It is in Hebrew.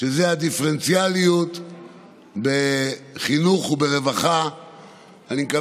משרד הבריאות היוצא משה בר סימן טוב כבר הודיעו על תמיכתם